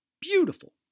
beautiful